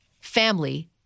Family